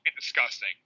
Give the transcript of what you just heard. disgusting